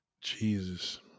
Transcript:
Jesus